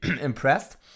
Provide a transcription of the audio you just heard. impressed